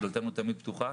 דלתנו תמיד פתוחה.